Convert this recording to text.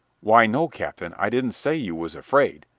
why, no, captain, i didn't say you was afraid,